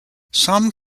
some